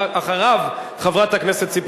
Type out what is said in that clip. חבר הכנסת אריה אלדד,